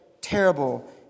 terrible